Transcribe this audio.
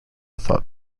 thought